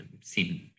seen